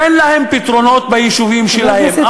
תן להם פתרונות ביישובים שלהם.